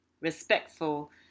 respectful